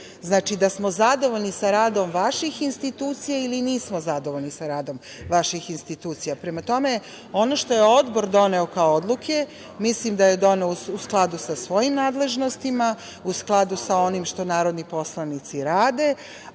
Znači, da smo zadovoljni sa radom vaših institucija ili nismo zadovoljni sa radom vaših institucija. Prema tome, ono što je Odbor doneo kao odluke, mislim da je doneo u skladu sa svojim nadležnostima, u skladu sa onim što narodni poslanici rade,